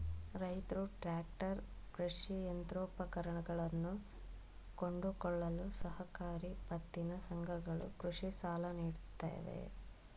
ರೈತ್ರು ಟ್ರ್ಯಾಕ್ಟರ್, ಕೃಷಿ ಯಂತ್ರೋಪಕರಣಗಳನ್ನು ಕೊಂಡುಕೊಳ್ಳಲು ಸಹಕಾರಿ ಪತ್ತಿನ ಸಂಘಗಳು ಕೃಷಿ ಸಾಲ ನೀಡುತ್ತವೆ